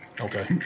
Okay